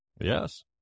Yes